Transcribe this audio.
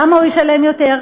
למה הוא ישלם יותר?